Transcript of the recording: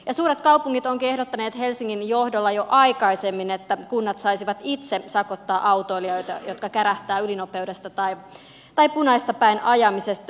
suuret kaupungit ovatkin ehdottaneet helsingin johdolla jo aikaisemmin että kunnat saisivat itse sakottaa autoilijoita jotka kärähtävät ylinopeudesta tai punaista päin ajamisesta